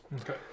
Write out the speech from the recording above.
Okay